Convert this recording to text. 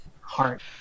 heart